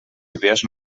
idees